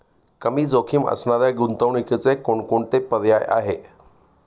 कमी जोखीम असणाऱ्या गुंतवणुकीचे कोणकोणते पर्याय आहे?